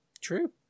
True